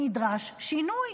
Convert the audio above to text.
נדרש שינוי.